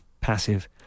passive